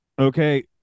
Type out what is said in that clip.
Okay